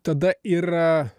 tada yra